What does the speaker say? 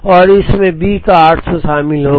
और इसमें B का 800 शामिल होगा